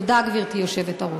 תודה, גברתי היושבת-ראש.